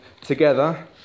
together